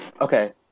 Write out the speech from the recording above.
Okay